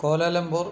Kuala Lumpur